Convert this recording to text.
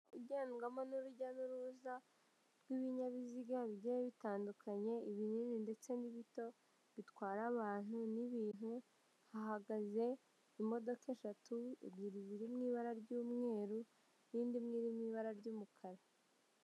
Ugendwamo n'urujya n'uruza rw'ibinyabiziga byari bitandukanye ibinini ndetse n'ibito, bitwara abantu n'ibintu, hahagaze imodoka eshatu ebyiri zir mu ibara ry'umweru, iyindi imwe iri mu ry'umukara.